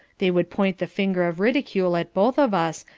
they would point the finger of ridicule at both of us,